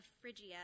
Phrygia